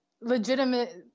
legitimate